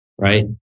right